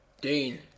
Dean